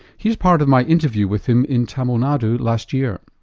here's part of my interview with him in tamil nadu last year.